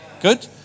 Good